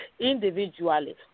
individually